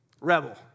rebel